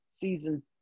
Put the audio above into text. Season